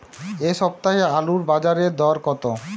এ সপ্তাহে আলুর বাজারে দর কত?